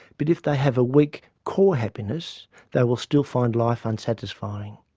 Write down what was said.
but if they have a weak core happiness they will still find life unsatisfying.